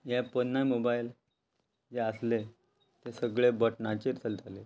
हे पोरने मोबायल जे आसले ते सगळे बटनाचेर चलतालें